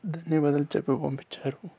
ధన్యవాదాలు చెప్పి పంపించారు